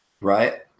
Right